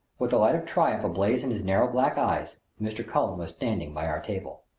with the light of triumph ablaze in his narrow black eyes, mr. cullen was standing by our table!